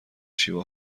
شیوا